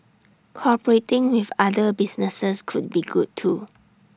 cooperating with other businesses could be good too